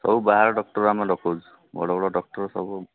ସବୁ ବାହାର ଡକ୍ଟର୍ ଆମେ ଡକଉଛୁ ବଡ଼ ବଡ଼ ଡକ୍ଟର୍ ସବୁ